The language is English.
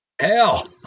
Hell